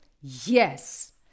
Yes